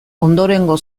ondorengo